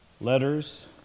letters